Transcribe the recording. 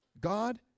God